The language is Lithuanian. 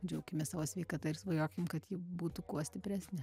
džiaukimės savo sveikata ir svajokim kad ji būtų kuo stipresnė